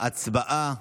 הצבעה.